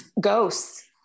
Ghosts